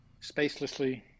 spacelessly